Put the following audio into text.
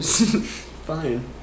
Fine